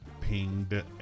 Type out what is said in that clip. pinged